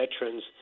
veterans